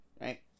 right